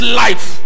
life